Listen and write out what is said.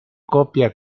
coppia